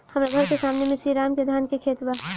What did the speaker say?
हमर घर के सामने में श्री राम के धान के खेत बा